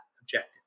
objective